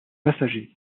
passagers